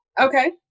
Okay